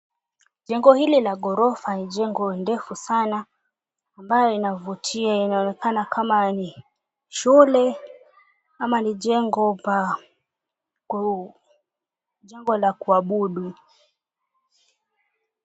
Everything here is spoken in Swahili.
Jengo hili la ghorofa ni jengo ndefu sana ambalo linavutia, linaonekana kama ni shule ama ni jengo paku, jengo la kuabudu.